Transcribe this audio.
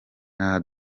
nta